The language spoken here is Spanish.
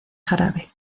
jarabe